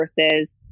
versus